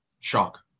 shock